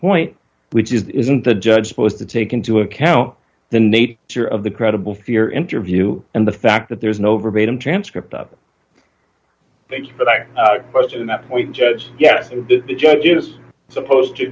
point which isn't the judge posed to take into account the nature of the credible fear interview and the fact that there is no verbatim transcript of thanks but i question that point judge yes the judge is supposed to